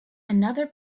another